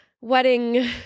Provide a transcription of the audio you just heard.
wedding